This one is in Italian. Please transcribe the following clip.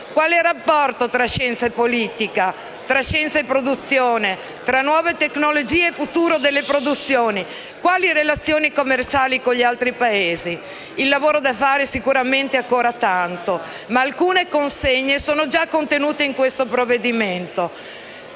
Quale rapporto tra scienza e politica, tra scienza e produzione, tra nuove tecnologie e futuro delle produzioni? Quali relazioni commerciali con gli altri Paesi? Il lavoro da fare è sicuramente ancora tanto. Alcune consegne sono già contenute nel provvedimento